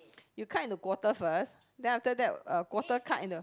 you cut into quarter first then after that uh quarter cut into